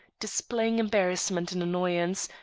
displaying embarrassment and annoyance,